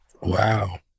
Wow